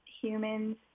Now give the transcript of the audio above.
humans